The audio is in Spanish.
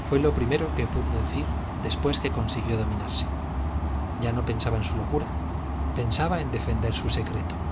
fue lo primero que pudo decir después que consiguió dominarse ya no pensaba en su locura pensaba en defender su secreto